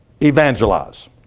evangelize